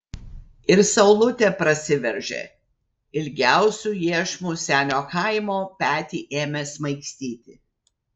ir saulutė prasiveržė ilgiausiu iešmu senio chaimo petį ėmė smaigstyti